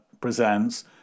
presents